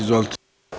Izvolite.